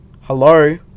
Hello